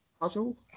puzzle